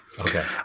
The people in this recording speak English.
Okay